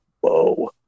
whoa